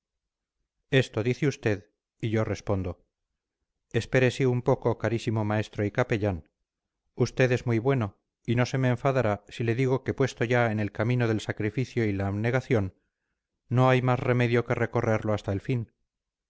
esto dice usted y yo respondo espérese un poco carísimo maestro y capellán usted es muy bueno y no se me enfadará si le digo que puesto ya en el camino del sacrificio y la abnegación no hay más remedio que recorrerlo hasta el fin